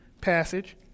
passage